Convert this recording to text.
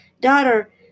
Daughter